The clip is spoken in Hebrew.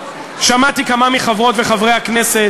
שמעתי כמה מחברות וחברי הכנסת,